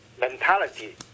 mentality